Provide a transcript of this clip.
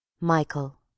MICHAEL